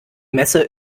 messe